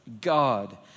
God